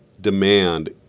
demand